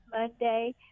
Monday